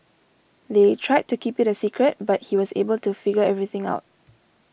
they tried to keep it a secret but he was able to figure everything out